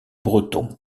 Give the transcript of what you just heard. breton